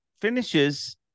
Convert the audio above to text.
finishes